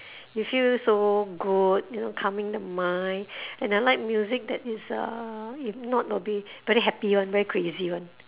you feel so good you know calming the mind and I like music that is uh if not will be very happy one very crazy one